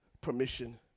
permission